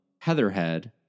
heatherhead